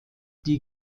die